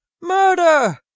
murder